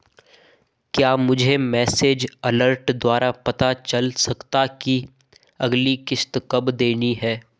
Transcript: क्या मुझे message alert द्वारा पता चल सकता कि अगली किश्त कब देनी है?